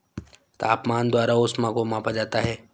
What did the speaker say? तापमान द्वारा ऊष्मा को मापा जाता है